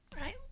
right